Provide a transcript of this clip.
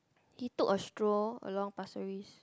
he took a stroll along Pasir-Ris